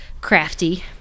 crafty